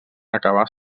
acabar